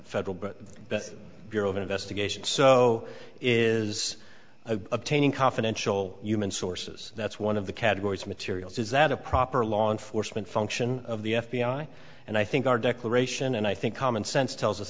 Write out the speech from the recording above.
federal but beth bureau of investigation so is a obtaining confidential human sources that's one of the categories materials is that a proper law enforcement function of the f b i and i think our declaration and i think common sense tells us